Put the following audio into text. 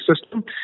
system